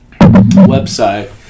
website